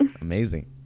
Amazing